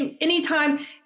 anytime